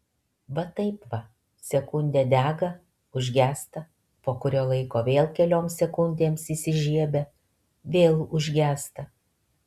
va taip va sekundę dega užgęsta po kurio laiko vėl kelioms sekundėms įsižiebia vėl užgęsta